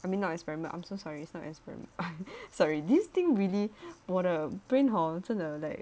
I mean not experiment I'm so sorry it's not as when I'm sorry this thing really 我的 brain hor 真的 like